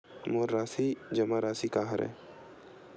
मोर जमा राशि का हरय?